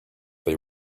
they